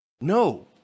no